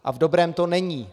A v dobrém to není.